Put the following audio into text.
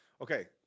Okay